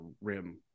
rim